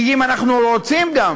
כי אם אנחנו רוצים גם